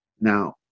Now